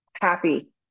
happy